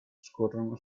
scorrono